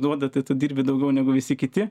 duoda tai tu dirbi daugiau negu visi kiti